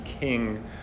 king